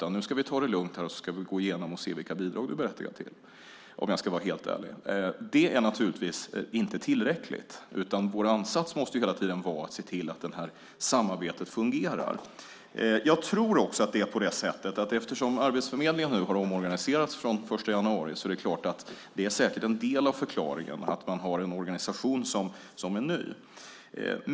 Nu ska vi ta det lugnt här och gå igenom och se vilka bidrag du är berättigad till - om jag ska vara helt ärlig. Det är naturligtvis inte tillräckligt. Vår ansats måste hela tiden vara att se till att samarbetet fungerar. Jag tror också att det faktum att Arbetsförmedlingen har omorganiserats från den 1 januari är en del av förklaringen. Man har en organisation som är ny.